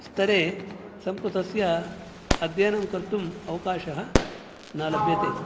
स्थरे संस्कृतस्य अध्ययनं कर्तुम् अवकाशः न लभ्यते